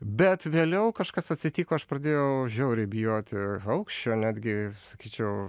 bet vėliau kažkas atsitiko aš pradėjau žiauriai bijoti aukščio netgi sakyčiau